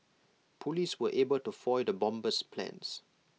Police were able to foil the bomber's plans